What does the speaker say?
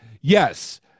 Yes